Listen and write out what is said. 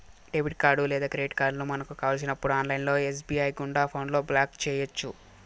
debit లేదా credit కార్డులను మనకు కావలసినప్పుడు ఆన్లైన్ ఎస్.బి.ఐ గుండా ఫోన్లో బ్లాక్ చేయొచ్చు